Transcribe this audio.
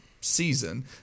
season